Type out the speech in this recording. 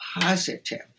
positive